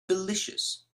delicious